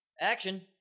Action